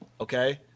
Okay